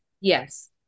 Yes